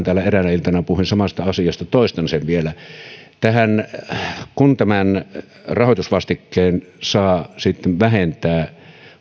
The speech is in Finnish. täällä eräänä iltana puhuin samasta asiasta jonka toistan vielä kun tämän rahoitusvastikkeen saa sitten vähentää